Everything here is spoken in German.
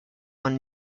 man